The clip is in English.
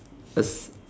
a s~